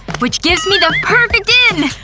which gives me the perfect in!